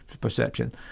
perception